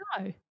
No